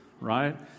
right